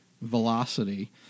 velocity